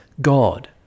God